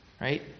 Right